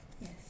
Yes